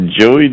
joey